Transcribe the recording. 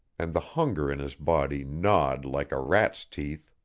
and the hunger in his body gnawed like a rat's teeth.